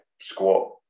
squat